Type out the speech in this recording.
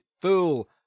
fool